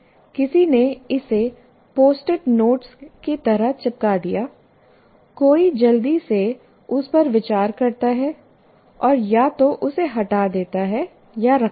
किसी ने इसे पोस्ट इट नोट की तरह चिपका दिया कोई जल्दी से उस पर विचार करता है और या तो उसे हटा देता है या रखता है